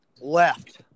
left